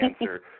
answer